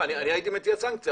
אני הייתי מציע סנקציה,